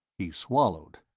he swallowed.